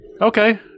okay